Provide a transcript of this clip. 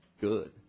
good